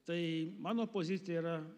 tai mano pozicija yra